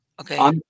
Okay